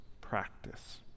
Practice